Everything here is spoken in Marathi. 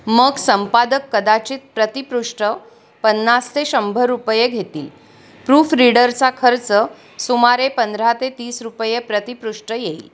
मग संपादक कदाचित प्रतिपृष्ठ पन्नास ते शंभर रुपये घेतील प्रूफरीडरचा खर्च सुमारे पंधरा ते तीस रुपये प्रतिपृष्ठ येईल